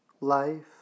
life